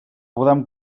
podem